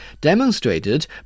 demonstrated